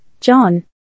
John